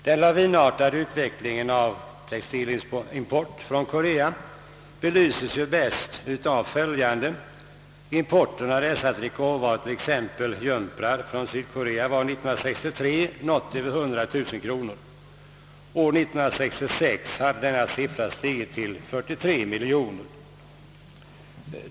Den lavinartade utvecklingen av textilimporten från Korea belyses bäst av följande: importen av dessa trikåvaror, t.ex. jumprar, från Sydkorea uppgick 1963 till något över 100 000 kr., medan den år 1966 hade stigit till över 43 miljoner.